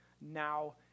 Now